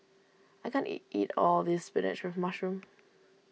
I can't eat all of this Spinach with Mushroom